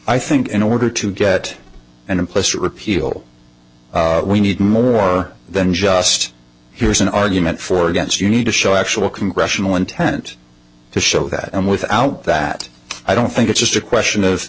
i think in order to get an implicit repeal we need more than just here's an argument for or against you need to show actual congressional intent to show that and without that i don't think it's just a question of